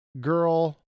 girl